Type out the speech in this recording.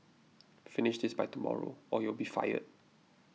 finish this by tomorrow or you'll be fired